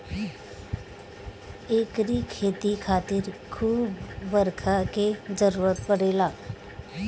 एकरी खेती खातिर खूब बरखा के जरुरत पड़ेला